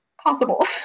possible